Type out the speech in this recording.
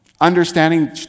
understanding